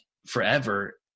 forever